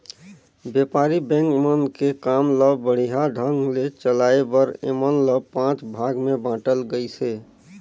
बेपारी बेंक मन के काम ल बड़िहा ढंग ले चलाये बर ऐमन ल पांच भाग मे बांटल गइसे